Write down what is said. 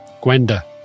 Gwenda